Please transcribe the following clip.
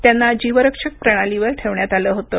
त्यांना जीवरक्षक प्रणालीवर ठेवण्यात आलं होतं